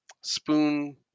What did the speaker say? spoon